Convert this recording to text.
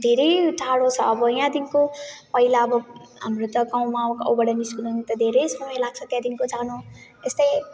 धेरै टाढो छ अब यहाँदेखिको पहिला अब हाम्रो त गाउँमा गाउँबाट निस्किन त धेरै समय लाग्छ त्यहाँदेखिको जानु यस्तै